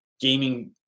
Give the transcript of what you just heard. gaming